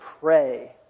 pray